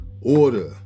order